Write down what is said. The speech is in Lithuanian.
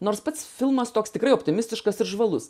nors pats filmas toks tikrai optimistiškas ir žvalus